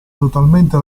totalmente